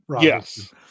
yes